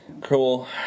cool